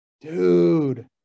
Dude